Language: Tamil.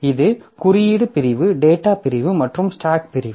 இது குறியீடு பிரிவு டேட்டா பிரிவு மற்றும் ஸ்டாக் பிரிவு